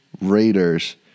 Raiders